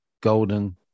golden